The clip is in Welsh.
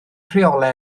rheolau